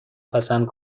پسند